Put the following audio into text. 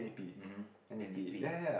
mmhmm N_D_P